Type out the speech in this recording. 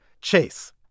Chase